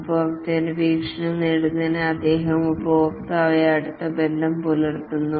ഉപഭോക്താവിന്റെ വീക്ഷണം നേടുന്നതിന് അദ്ദേഹം ഉപഭോക്താവുമായി അടുത്ത ബന്ധം പുലർത്തുന്നു